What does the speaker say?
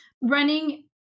running